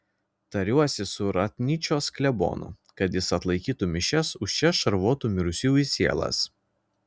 tariuosi su ratnyčios klebonu kad jis atlaikytų mišias už čia šarvotų mirusiųjų sielas